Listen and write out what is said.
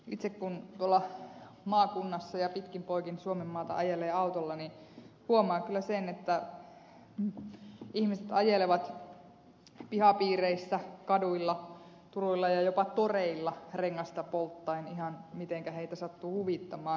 itse kun tuolla maakunnassa ja pitkin poikin suomenmaata ajelen autolla niin huomaan kyllä sen että ihmiset ajelevat pihapiireissä kaduilla turuilla ja jopa toreilla rengasta polttaen ihan mitenkä heitä sattuu huvittamaan